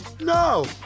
No